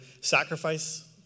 sacrifice